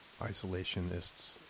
isolationists